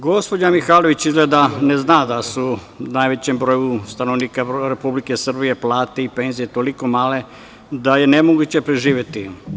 Gospođa Mihajlović, izgleda da ne zna da su najvećem broju stanovnika Republike Srbije plate i penzije tako male da je nemoguće preživeti.